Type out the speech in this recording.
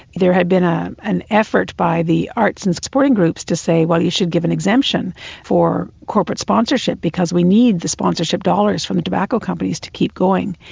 there had been ah an effort by the arts and sporting groups to say, well, you should give an exemption for corporate sponsorship, because we need the sponsorship dollars from the tobacco companies to keep going.